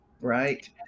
Right